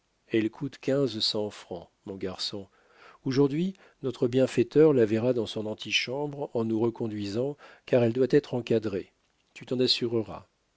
elle coûte quinze cents francs mon garçon aujourd'hui notre bienfaiteur la verra dans son antichambre en nous reconduisant car elle doit être encadrée tu t'en assureras